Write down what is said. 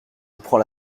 prends